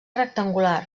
rectangular